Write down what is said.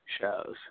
shows